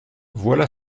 voilà